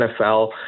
NFL